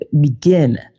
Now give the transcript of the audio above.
begin